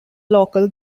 local